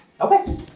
Okay